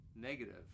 negative